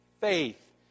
faith